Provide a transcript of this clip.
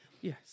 Yes